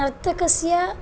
नर्तकस्य